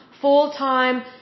full-time